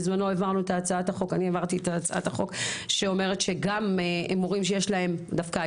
בזמנו העברתי את הצעת החוק שלפיה גם מורים שיש נגדם כתב